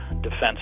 defense